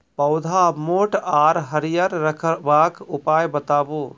पौधा मोट आर हरियर रखबाक उपाय बताऊ?